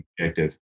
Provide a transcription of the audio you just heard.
objective